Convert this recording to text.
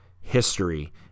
history